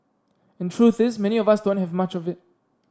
and truth is many of us don't have much of it